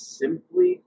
simply